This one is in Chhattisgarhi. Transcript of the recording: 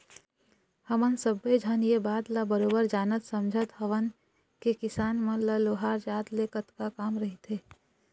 हमन सब्बे झन ये बात ल बरोबर जानत समझत हवन के किसान मन ल लोहार जात ले कतका काम रहिथे